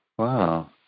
Wow